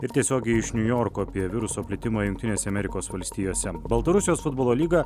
ir tiesiogiai iš niujorko apie viruso plitimo jungtinėse amerikos valstijose baltarusijos futbolo lyga